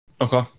Okay